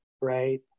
right